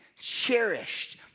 cherished